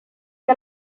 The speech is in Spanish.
que